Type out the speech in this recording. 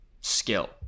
skill